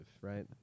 right